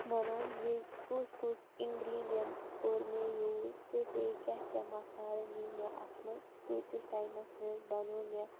وَنان زِ کُس کُس اِنٛگریٖڈَنٛٹَس کوٚر مےٚ یوٗز تہٕ بیٚیہِ کیٛاہ کیٛاہ مصالہٕ نی مےٚ اَتھ منٛز تہٕ کۭتیِس ٹایِمَس منٛز بنوو مےٚ